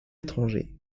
étrangers